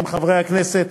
חברי הכנסת,